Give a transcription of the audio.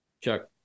Chuck